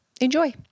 Enjoy